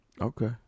Okay